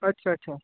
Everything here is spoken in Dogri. अच्छा अच्छा